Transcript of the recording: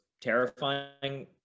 terrifying